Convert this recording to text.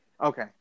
okay